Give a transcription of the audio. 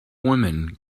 women